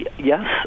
Yes